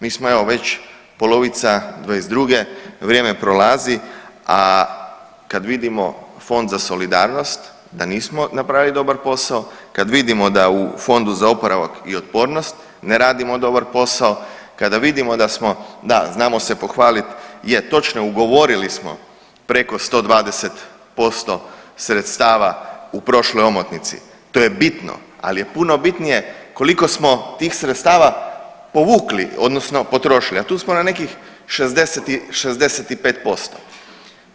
Mi smo evo već polovica '22., vrijeme prolazi, a kad vidimo Fond za solidarnost da nismo napravili dobar posao, kad vidimo da u Fondu za oporavak i otpornost ne radimo dobar posao, kada vidimo da smo, da, znamo se pohvalit je točno je ugovorili smo preko 120% sredstava u prošloj omotnici, to je bitno, ali je puno bitnije koliko smo tih sredstava povukli odnosno potrošili, a tu smo na nekih 65%